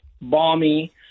balmy